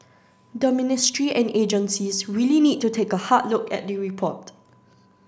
the ministry and agencies really need to take a hard look at the report